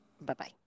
Bye-bye